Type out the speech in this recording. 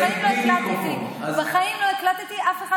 בחיים לא הקלטתי.